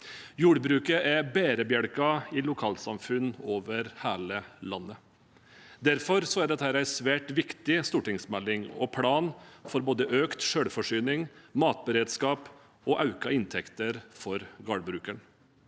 Jordbruket er bærebjelken i lokalsamfunn over hele landet. Derfor er dette en svært viktig stortingsmelding og plan for både økt selvforsyning og matberedskap og økte inntekter for gårdbrukeren.